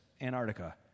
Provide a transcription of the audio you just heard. Antarctica